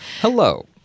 Hello